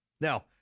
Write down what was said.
Now